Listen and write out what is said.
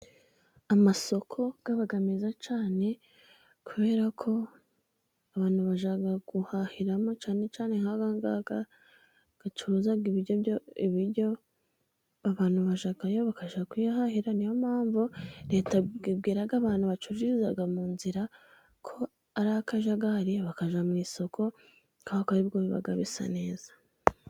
Amasoko aba meza cyane, kubera ko abantu bajya guhahiramo cyane cyane nk'aya ngaya acuruza ibiryo. Abantu bajyayo bakajya kwihahira. Niyo mpamvu Leta ibwira abantu bacururiza mu nzira ko ari akajagari, bakajya mu isoko kuko ari bwo biba bisa neza.